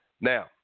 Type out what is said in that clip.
Now